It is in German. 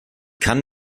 kann